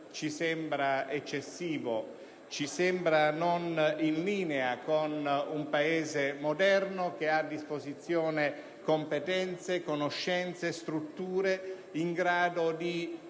ci sembra eccessivo e non in linea con un Paese moderno, che ha a disposizione competenze, conoscenze e strutture in grado di